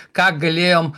ką galėjom